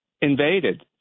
invaded